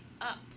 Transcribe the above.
up